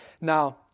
Now